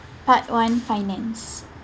part one finance